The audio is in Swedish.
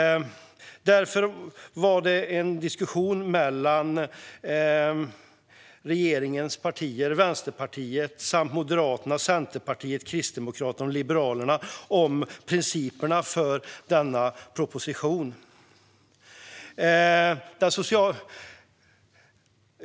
Därför var det en diskussion mellan regeringens partier, Vänsterpartiet samt Moderaterna, Centerpartiet, Kristdemokraterna och Liberalerna om principerna för denna proposition.